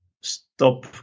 stop